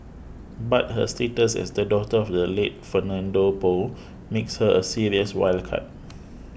but her status as the daughter of the late Fernando Poe makes her a serious wild card